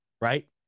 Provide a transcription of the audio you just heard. right